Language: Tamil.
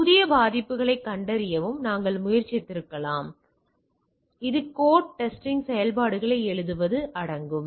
எனவே புதிய பாதிப்புகளைக் கண்டறியவும் நாங்கள் முயற்சித்திருக்கலாம் இதில் கோட் டெஸ்டிங் செயல்பாடுகளை எழுதுவது அடங்கும்